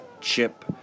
chip